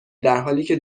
درحالیکه